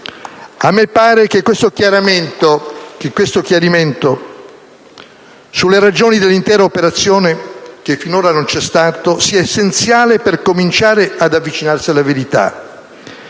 A me pare che questo chiarimento sulle ragioni dell'intera operazione, che finora non c'è stato, sia essenziale per cominciare ad avvicinarsi alla verità.